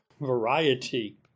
variety